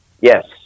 Yes